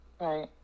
Right